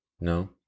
No